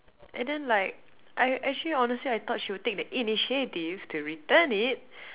and then like I actually honestly I thought she would take the initiative to return it